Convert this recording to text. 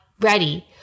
ready